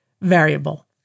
Variable